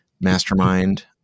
mastermind